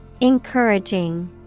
Encouraging